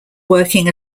working